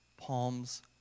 palms